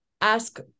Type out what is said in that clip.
ask